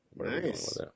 nice